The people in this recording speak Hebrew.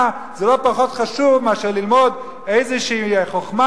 זה לא פחות חשוב מאשר ללמוד איזושהי חוכמה,